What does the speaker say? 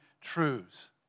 truths